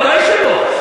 בטח שלא.